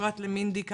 פרט למינדי,